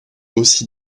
aussi